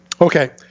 Okay